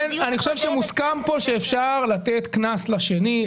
אני חושב שמוסכם כאן שאפשר לתת קנס לשני.